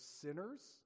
sinners